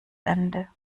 ende